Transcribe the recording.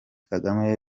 kagame